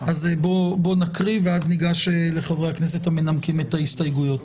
אז בוא נקריא ואז ניגש לחברי הכנסת המנמקים את ההסתייגויות.